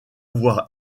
avoir